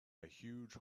huge